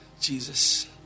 Jesus